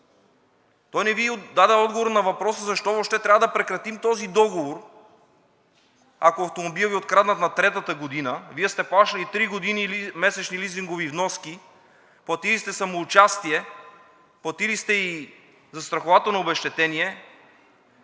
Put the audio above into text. Той не Ви даде отговор на въпроса: защо въобще трябва да прекратим този договор, ако автомобилът Ви е откраднат на третата година? Вие сте плащали три години месечни лизингови вноски, платили сте самоучастие, платили сте и застрахователно обезщетение.